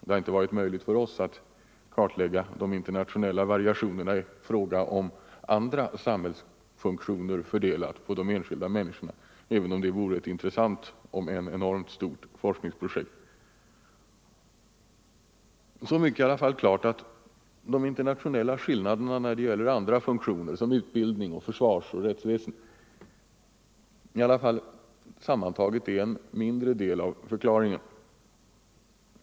Det har inte varit möjligt för oss att i vår rapport kartlägga de internationella variationerna i fråga om andra samhällsfunktioner fördelade på de enskilda människorna, även om det vore ett intressant — men enormt stort — forskningsprojekt. Så mycket är i alla fall klart att de internationella skillnaderna när det gäller andra funktioner — utbildning, försvarsoch rättsväsende - sammantagna utgör en mindre del av förklaringen till vårt höga skattetryck.